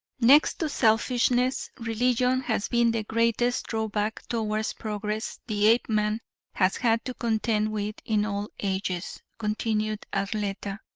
next to selfishness, religion has been the greatest drawback towards progress the apeman has had to contend with in all ages, continued arletta.